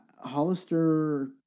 Hollister